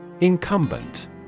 Incumbent